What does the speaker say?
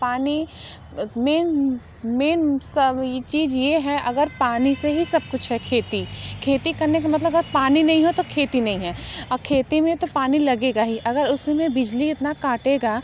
पानी मैन सब चीज़ यह है अगर पानी से ही सब कुछ है खेती खेती करने का मतलब अगर पानी नहीं हो तो खेती नहीं है खेती में तो पानी लगेगा ही अगर उस समय बिजली इतना काटेगा